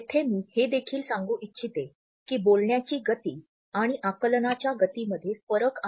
येथे मी हे देखील सांगू इच्छिते की बोलण्याची गती आणि आकलनाच्या गतीमध्ये फरक आहे